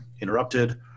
interrupted